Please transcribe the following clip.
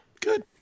Good